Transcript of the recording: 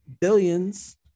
Billions